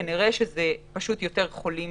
כנראה שהעלייה היא פשוט כי יש יותר חולים